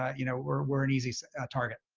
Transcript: you know, we're we're an easy target.